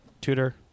Tutor